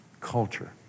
culture